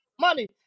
money